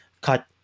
cut